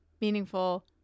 meaningful